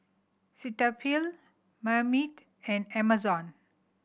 Cetaphil Marmite and Amazon